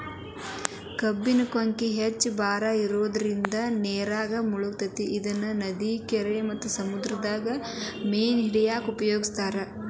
ಕಬ್ಬಣದ ಕೊಕ್ಕಿ ಹೆಚ್ಚ್ ಭಾರ ಇರೋದ್ರಿಂದ ನೇರಾಗ ಮುಳಗತೆತಿ ಇದನ್ನ ನದಿ, ಕೆರಿ ಮತ್ತ ಸಮುದ್ರದಾಗ ಮೇನ ಹಿಡ್ಯಾಕ ಉಪಯೋಗಿಸ್ತಾರ